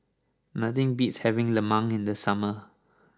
nothing beats having Lemang in the summer